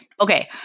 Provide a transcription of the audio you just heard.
Okay